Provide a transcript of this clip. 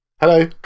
Hello